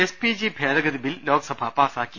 SPG ഭേദഗതി bill Lok Sabha പാസാക്കി